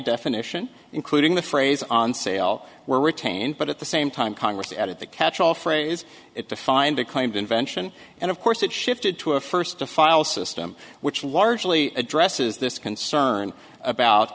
definition including the phrase on sale were retained but at the same time congress added the catch all phrase it defined the claimed invention and of course it shifted to a first to file system which largely addresses this concern about